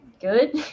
good